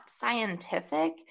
scientific